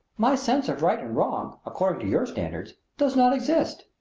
my sense of right and wrong, according to your standards, does not exist.